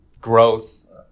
growth